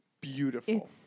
beautiful